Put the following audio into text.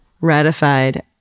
ratified